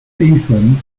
ethan